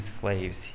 slaves